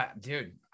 dude